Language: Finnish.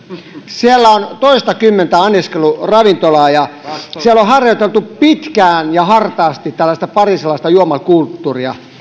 siellä on toistakymmentä anniskeluravintolaa ja siellä on harjoiteltu pitkään ja hartaasti tällaista pariisilaista juomakulttuuria